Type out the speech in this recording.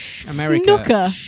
Snooker